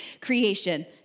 creation